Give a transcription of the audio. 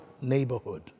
neighborhood